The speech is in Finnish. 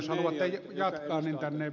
no niin hyvä